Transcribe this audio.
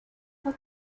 what